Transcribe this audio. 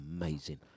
amazing